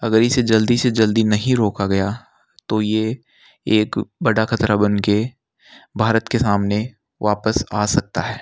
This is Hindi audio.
अगर इसे जल्दी से जल्दी नहीं रोका गया तो ये एक बड़ा ख़तरा बन के भारत के सामने वापस आ सकता हैं